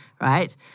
right